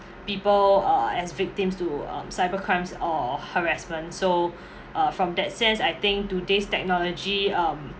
people uh as victims to um cyber crimes or harassment so uh from that sense I think today's technology um